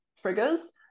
triggers